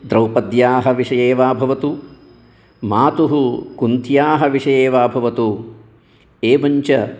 द्रौपद्याः विषये वा भवतु मातुः कुन्त्याः विषये वा भवतु एवञ्च